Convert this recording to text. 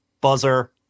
buzzer